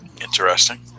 interesting